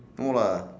no lah